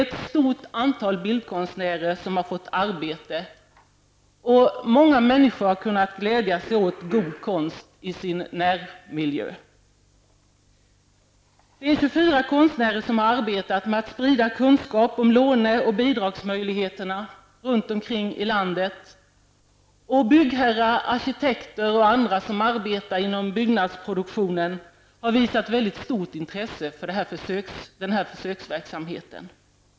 Ett stort antal bildkonstnärer har fått arbete och många människor har kunnat glädja sig åt god konst i sin närmiljö. Det är 24 konstnärer som har arbetat för att sprida kunskaper om låne och bidragsmöjligheterna runt omkring i landet. Byggherrar, arkitekter och andra aktiva inom byggnadsproduktionen har visat ett väldigt stort intresse för denna försöksverksamhet.